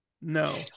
no